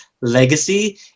legacy